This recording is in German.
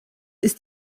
ist